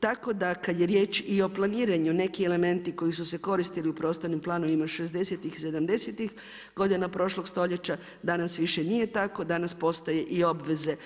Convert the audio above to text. Tako kad je riječ i o plagiranju, neki elementi koji su se koristili u prostornim planovima 60' i 70' godina prošlog stoljeća, danas više nije tako, danas postoje i obveze